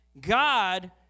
God